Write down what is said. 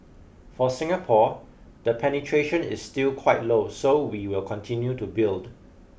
for Singapore the penetration is still quite low so we will continue to build